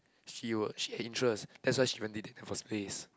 she would she had interest that's why she went dating in the first place